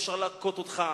אפשר להכות אותך,